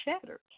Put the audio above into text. shattered